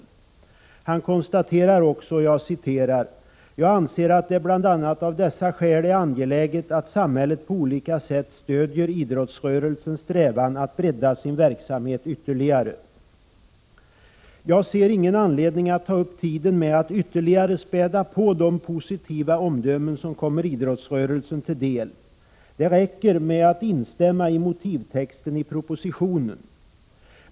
Statsrådet Ulf Lönnqvist konstaterar vidare: ”Jag anser det av bl.a. dessa skäl angeläget att samhället på olika sätt stödjer idrottsrörelsens strävan att bredda sin verksamhet ytterligare.” Jag finner ingen anledning att ta upp tiden med att ytterligare späda på de positiva omdömen som kommer idrottsrörelsen till del. Det räcker med att instämma i motivtexten i propositionen.